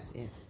yes yes